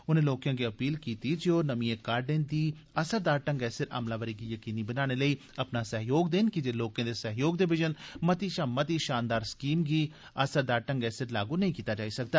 उन्ने लोकें अग्गे अपील कीती जे ओ नमियें काहडें दी असरदार ढंगै सिर अमलावर गी यकीनी बनाने लेई अपना सहयोग देन कीजे लोकें दे सहयोग दे विजन मती शा मती शानदार स्कीम गी बी असरदार ढंगै सिर लागू नेंई कीता जाई सकदा